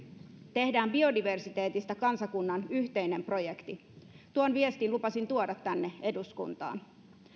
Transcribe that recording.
tehdään biodiversiteetistä kansakunnan yhteinen projekti tuon viestin lupasin tuoda tänne eduskuntaan